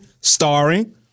starring